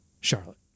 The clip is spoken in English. Charlotte